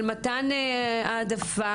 של מתן העדפה